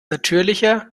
natürlicher